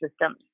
systems